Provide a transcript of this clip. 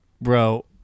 Bro